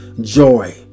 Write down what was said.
joy